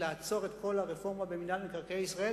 לעצור את כל הרפורמה במינהל מקרקעי ישראל,